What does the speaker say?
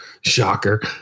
Shocker